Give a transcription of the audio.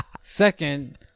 Second